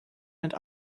and